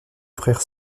frères